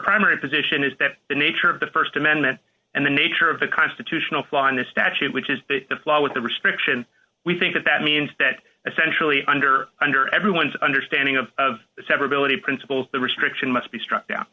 primary position is that the nature of the st amendment and the nature of the constitutional flaw in the statute which is the law with the restriction we think that that means that essentially under under everyone's understanding of the severability principle the restriction must be struck